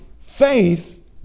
faith